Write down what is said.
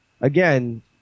again